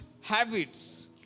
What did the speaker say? habits